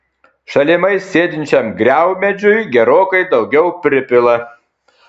šalimais sėdinčiam griaumedžiui gerokai daugiau pripila